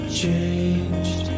changed